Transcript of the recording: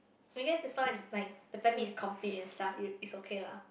I guess as long as like the family is complete and stuff i~ it's okay lah